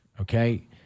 okay